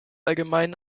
allgemein